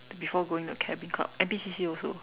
before going the cabbing club N_P_C_C also